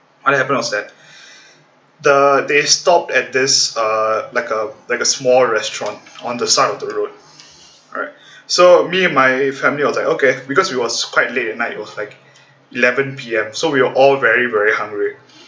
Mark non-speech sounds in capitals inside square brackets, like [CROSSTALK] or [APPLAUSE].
what happened was that [BREATH] the they stopped at this uh like a like a small restaurant on the side of the road right so me and my family was like okay because it was quite late at night it was like eleven P_M so we were all very very hungry